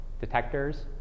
detectors